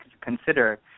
consider